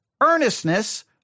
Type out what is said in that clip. earnestness